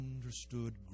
understood